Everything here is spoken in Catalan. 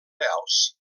reals